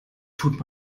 tut